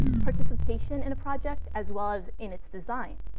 participation in a project as well as in its design,